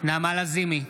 נעמה לזימי,